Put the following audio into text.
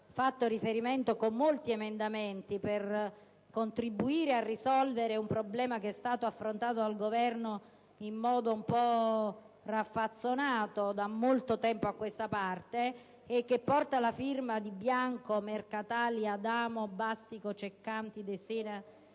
fatto riferimento con molti emendamenti per contribuire a risolvere un problema affrontato dal Governo in modo un po' raffazzonato da molto tempo a questa parte. Su tale emendamento, che porta la firma dei senatori Bianco, Mercatali, Adamo, Bastico. Ceccanti, De Sena,